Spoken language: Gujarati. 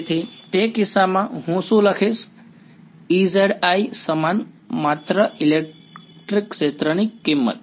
તેથી તે કિસ્સામાં હું શું લખીશ Ezi સમાન માત્ર ઇલેક્ટ્રિક ક્ષેત્રની કિંમત